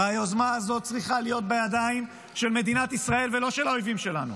והיוזמה הזאת צריכה להיות בידיים של מדינת ישראל ולא של האויבים שלנו.